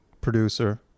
producer